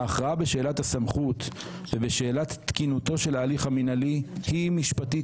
ההכרעה בשאלת הסמכות ובשאלת תקינותו של ההליך המינהלי היא משפטית